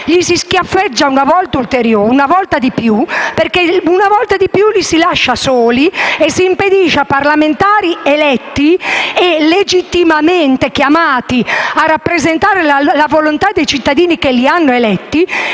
li si schiaffeggia una volta di più, perché una volta ancora li si lascia soli e si impedisce a parlamentari eletti e legittimamente chiamati a rappresentare la volontà dei cittadini che li hanno eletti